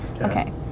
Okay